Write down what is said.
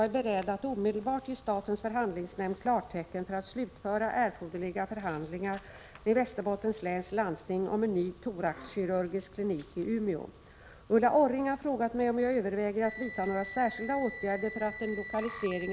De fyra landsting som ingår i norra sjukvårdsregionen anser enhälligt att thoraxkliniken i Umeå bör komma i drift så snart som möjligt.